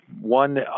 One